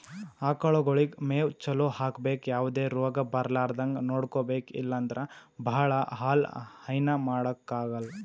ಆಕಳಗೊಳಿಗ್ ಮೇವ್ ಚಲೋ ಹಾಕ್ಬೇಕ್ ಯಾವದೇ ರೋಗ್ ಬರಲಾರದಂಗ್ ನೋಡ್ಕೊಬೆಕ್ ಇಲ್ಲಂದ್ರ ಭಾಳ ಹಾಲ್ ಹೈನಾ ಮಾಡಕ್ಕಾಗಲ್